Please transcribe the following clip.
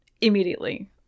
immediately